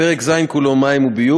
בפרק ז' כולו (מים וביוב)